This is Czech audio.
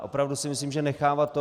Opravdu si myslím, že nechávat to...